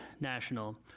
National